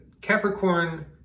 Capricorn